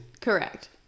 Correct